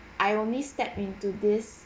I will miss step into this